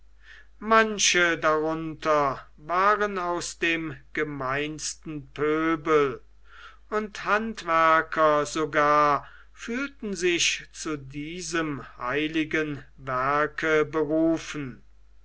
manche darunter waren aus dem gemeinsten pöbel und handwerker sogar fühlten sich zu diesem heiligen werke berufen